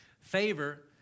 Favor